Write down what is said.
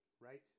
right